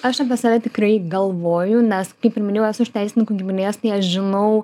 aš apie save tikrai galvoju nes kaip ir minėjau esu iš teisininkų giminės tai aš žinau